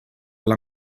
alla